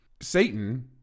Satan